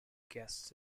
guests